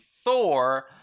Thor